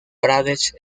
pradesh